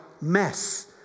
mess